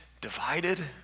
divided